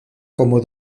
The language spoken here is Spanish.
como